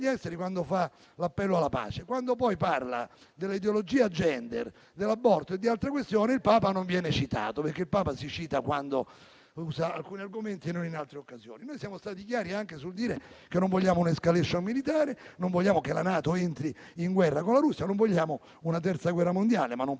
quando fa l'appello alla pace. Quando poi parla dell'ideologia *gender*, dell'aborto e di altre questioni, il Papa non viene citato, perché il Papa si cita quando usa alcuni argomenti e non in altre occasioni. Noi siamo stati chiari anche sul dire che non vogliamo un'*escalation* militare. Non vogliamo che la NATO entri in guerra con la Russia. Non vogliamo una terza guerra mondiale, ma non possiamo